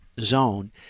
zone